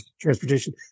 transportation